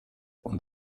und